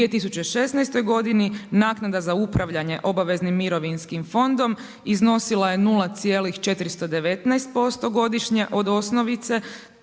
U 2016. godini naknada za upravljanjem obveznim mirovinskim fondom, iznosila je 0,419% godišnje od osnovice,